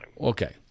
Okay